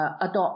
adopt